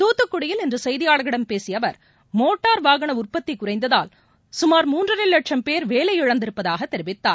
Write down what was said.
துத்துக்குடியில் இன்றுசெய்தியாளர்களிடம் பேசியஅவர் மோட்டார் வாகனஉற்பத்திகுறைந்ததால் சுமார் மூன்றரைலட்சம் பேர் வேலையிழந்திருப்பதாகதெரிவித்தார்